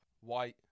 white